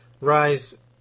Rise